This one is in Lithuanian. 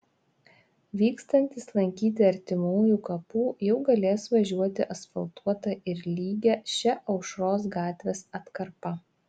vykstantys lankyti artimųjų kapų jau galės važiuoti asfaltuota ir lygia šia aušros gatvės atkarpa